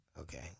okay